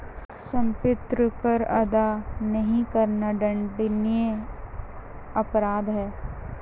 सम्पत्ति कर अदा नहीं करना दण्डनीय अपराध है